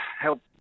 help